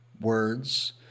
words